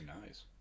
Nice